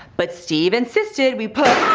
but steve insisted we put